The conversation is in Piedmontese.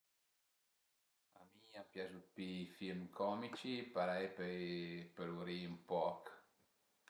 A mi a m'piazu pi i film comici parei pöi pölu ri-i ën poch